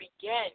begin